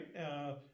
right